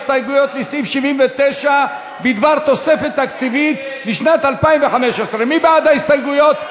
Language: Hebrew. הסתייגויות לסעיף 79 בדבר תוספת תקציבית לשנת 2015. מי בעד ההסתייגויות?